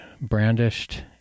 brandished